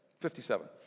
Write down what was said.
57